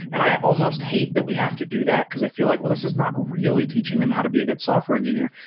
and i almost hate that we have to do that, because i feel like, well, this is not really teaching them how to be a good software engineer.